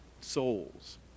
souls